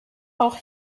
auch